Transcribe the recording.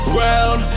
round